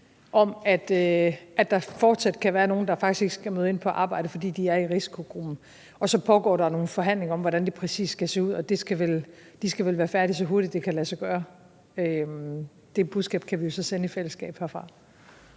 om, at der fortsat kan være nogle, der faktisk ikke skal møde ind på arbejde, fordi de er i risikogruppen. Så pågår der nogle forhandlinger om, hvordan det præcis skal se ud, og de skal vel være færdige, så hurtigt det kan lade sig gøre. Det budskab kan vi jo så sende herfra